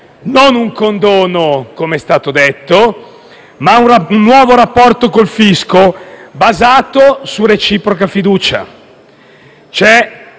non un condono, come è stato detto, ma un nuovo rapporto col fisco, basato su reciproca fiducia. In